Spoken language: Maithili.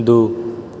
दू